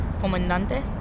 Comandante